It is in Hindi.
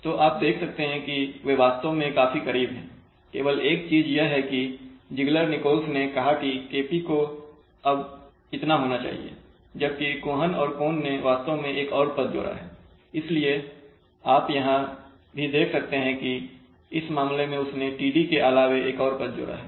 तो आप देख सकते हैं कि वे वास्तव में काफी करीब हैं केवल एक चीज यह है कि ज़िग्लर निकोल्स ने कहा कि Kp को अब इतना होना चाहिए जबकि कोहन और कोन ने वास्तव में एक और पद जोड़ा है इसलिए आप यहां भी देख सकते हैं कि इस मामले में उसने td के अलावे एक और पद जोड़ा है